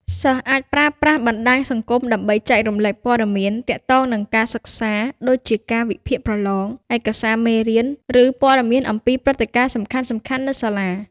សិស្សអាចប្រើប្រាស់បណ្ដាញសង្គមដើម្បី ចែករំលែកព័ត៌មាន ទាក់ទងនឹងការសិក្សា ដូចជាកាលវិភាគប្រឡង ឯកសារមេរៀន ឬព័ត៌មានអំពីព្រឹត្តិការណ៍សំខាន់ៗនៅសាលា។